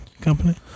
company